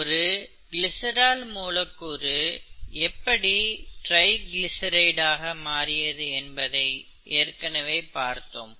ஒரு கிளிசரால் மூலக்கூறு எப்படி ட்ரைகிளிசரைட் ஆக மாறியது என்பதை ஏற்கனவே பார்த்தோம்